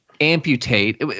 amputate